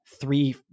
three